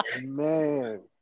man